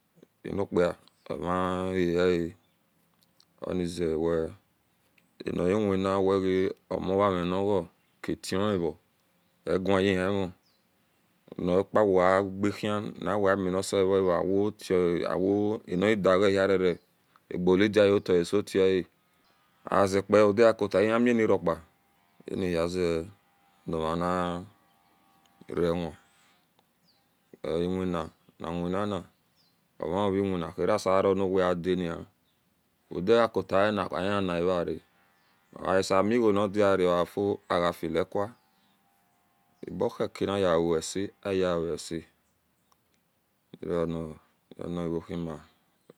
Ano-kpa omayae ya onizewe anize wina owga-omo rire niga katweahi eyeihimo nopawo agahi nawe aminise ro ava a wotwe anigedi wahi rere agolidia uta asotia azepa odizakuta ayamairpa anihize novanire wn ohiwina nawina na ogaou iwenhire asean ho weadi ni odirako tana weahina hera re osemiguo naji ao afio agafilecoa abohkeniye-uhise auhise eronao erona irohima.